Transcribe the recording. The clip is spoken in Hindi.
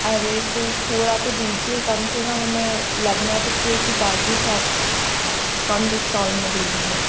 अरे तो थोड़ा तो दीजिए कम से कम हमें लगना तो चाहिए कि बाकि शॉप कम डिस्काउन्ट में दे दिएँ